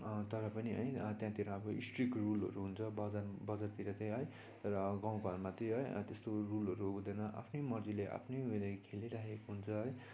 तर पनि है त्यहाँतिर अब स्ट्रिक्ट रुलहरू हुन्छ बजा बजारतिर त है र गाउँ घरमा त है त्यस्तो रुलहरू हुँदैन आफ्नो मर्जीले आफ्नो उयोले खेलिरहेको हुन्छ है